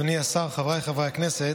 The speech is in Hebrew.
אדוני השר, חבריי חברי הכנסת,